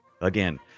Again